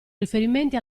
riferimenti